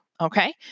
Okay